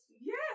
Yes